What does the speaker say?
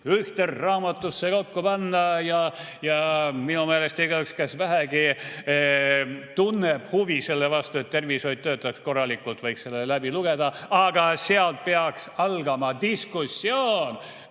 ühte raamatusse kokku panna. Minu meelest igaüks, kes vähegi tunneb huvi selle vastu, et tervishoid töötaks korralikult, võiks selle läbi lugeda. Ja sealt peaks algama diskussioon.